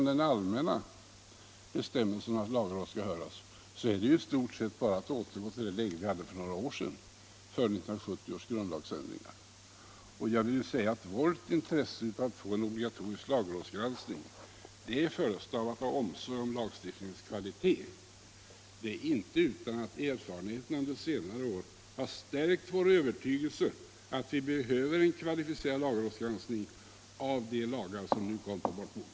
Den allmänna bestämmelsen att lagrådet skall höras innebär i stort sett bara att vi återgår till det läge vi hade för några år sedan, före 1970 års grundlagsändringar. Vårt intresse av att få en obligatorisk lagrådsgranskning är förestavat av omsorg om lagstiftningens kvalitet. Det är inte utan att erfarenheterna under senare år stärkt vår övertygelse om att vi behöver en kvalificerad lagrådsgranskning av de lagar som nu läggs på vårt bord.